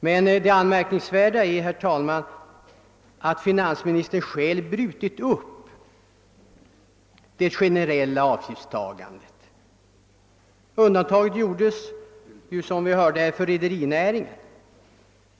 Men det anmärkningsvärda är, herr talman, att finansministern själv brutit upp det generella avgiftsuttaget. Undantag har, som vi hörde, gjorts för rederinäringen.